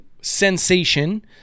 sensation